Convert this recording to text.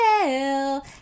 Tell